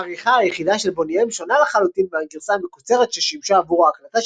העריכה היחידה של בוני אם שונה לחלוטין מהגרסה המקוצרת ששימשה עבור ההקלטה